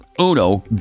Uno